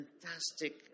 fantastic